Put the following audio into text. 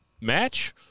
match